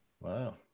Wow